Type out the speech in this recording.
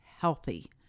healthy